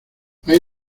hay